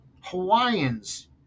Hawaiians